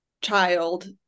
child